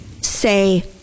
say